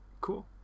cool